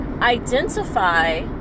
identify